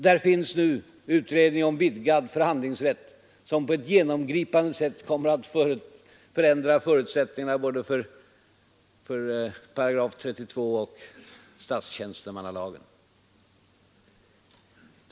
Där finns nu också utredningen om vidgad förhandlingsrätt, som på ett genomgripande sätt kommer att förändra förutsättningarna för både § 32 och statstjänstemannalagen.